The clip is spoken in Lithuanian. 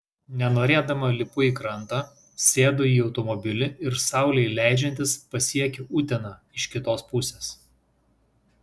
nenorėdama lipu į krantą sėdu į automobilį ir saulei leidžiantis pasiekiu uteną iš kitos pusės